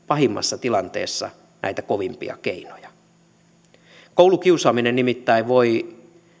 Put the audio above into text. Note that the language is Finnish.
pahimmassa tilanteessa myös näitä kovimpia keinoja koulukiusaaminen nimittäin voi